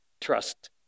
Trust